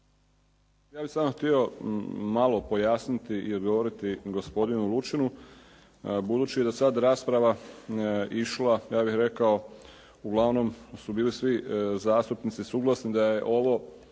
Ja bih samo htio malo pojasniti i odgovoriti gospodinu Lučinu budući da je sad rasprava išla, ja bih rekao, uglavnom su bili svi zastupnici suglasni da je ovo